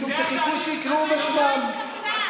משום שחיכו שיקראו בשמם.